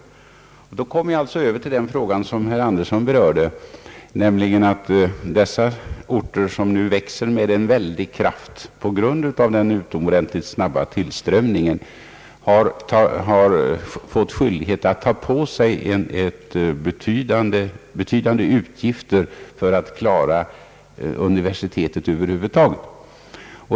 Härmed kommer jag över till den fråga som herr Andersson berörde, nämligen att universitetsorterna, som växer med en så väldig kraft på grund av den utomordentligt snabba tillströmningen, har blivit skyldiga att ta på sig betydande utgifter för att klara universitetet över huvud taget.